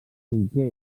cinquè